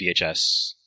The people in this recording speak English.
vhs